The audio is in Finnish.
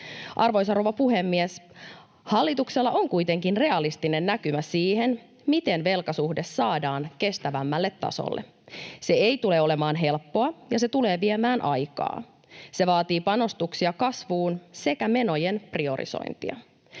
Arvoisa rouva puhemies! Hallituksella on kuitenkin realistinen näkymä siihen, miten velkasuhde saadaan kestävämmälle tasolle. Se ei tule olemaan helppoa, ja se tulee viemään aikaa. Se vaatii panostuksia kasvuun sekä menojen priorisointia.